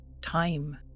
time